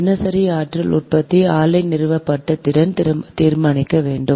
தினசரி ஆற்றல் உற்பத்தி ஆலை நிறுவப்பட்ட திறன் தீர்மானிக்கவேண்டும்